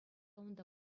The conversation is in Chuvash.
унта